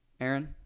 Aaron